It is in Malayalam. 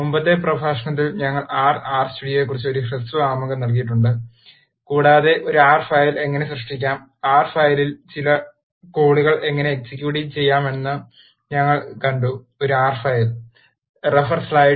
മുമ്പത്തെ പ്രഭാഷണത്തിൽ ഞങ്ങൾ ആർ ആർ സ്റ്റുഡിയോയെക്കുറിച്ച് ഒരു ഹ്രസ്വ ആമുഖം നൽകിയിട്ടുണ്ട് കൂടാതെ ഒരു ആർ ഫയൽ എങ്ങനെ സൃഷ്ടിക്കാമെന്നും ആർ ഫയലിൽ ചില കോഡുകൾ എങ്ങനെ എക്സിക്യൂട്ട് ചെയ്യാമെന്നും ഞങ്ങൾ കണ്ടു ഒരു R ഫയൽ